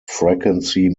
frequency